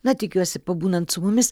na tikiuosi pabūnant su mumis